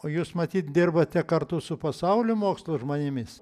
o jūs matyt dirbate kartu su pasaulio mokslo žmonėmis